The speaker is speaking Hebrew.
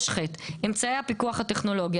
אבטחת המידע 3ח. אמצעי הפיקוח הטכנולוגי,